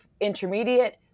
intermediate